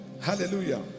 Hallelujah